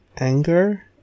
anger